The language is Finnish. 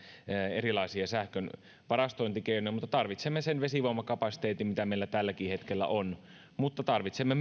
erilaisia sähkön varastointikeinoja mutta tarvitsemme myös sen vesivoimakapasiteetin mitä meillä tälläkin hetkellä on ja tarvitsemme